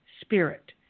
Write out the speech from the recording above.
spirit